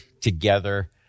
together